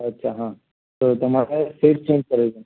અચ્છા હં તો તમારે સીટ ચેંજ કરવી છે